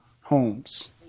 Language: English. homes